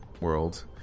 world